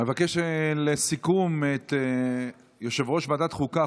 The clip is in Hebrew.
אבקש לסיכום את יושב-ראש ועדת חוקה,